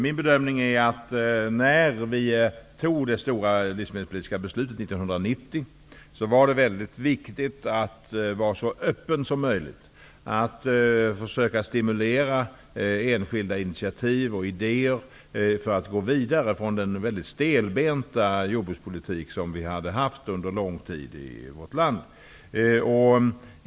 Min bedömning är att när vi fattade beslut om det stora livsmedelpolitiska beslutet 1990 var det mycket viktigt att vara så öppen som möjligt och att försöka stimulera enskilda initiativ och idéer för att gå vidare från den mycket stelbenta jordbrukspolitik som vi hade haft i vårt land under mycket lång tid.